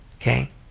okay